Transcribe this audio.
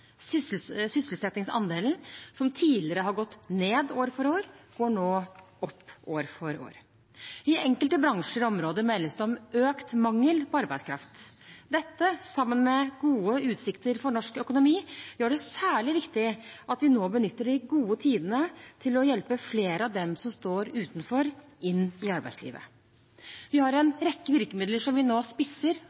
2016. Sysselsettingsandelen, som tidligere har gått ned år for år, går nå opp år for år. I enkelte bransjer og områder meldes det om økt mangel på arbeidskraft. Dette, sammen med gode utsikter for norsk økonomi, gjør det særlig viktig at vi nå benytter de gode tidene til å hjelpe flere av dem som står utenfor, inn i arbeidslivet. Vi har en rekke virkemidler som vi nå spisser